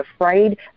afraid